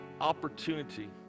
opportunity